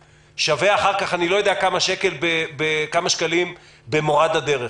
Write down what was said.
שווה אחר כך אני לא יודע כמה שקלים במורד הדרך,